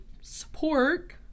support